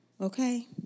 Okay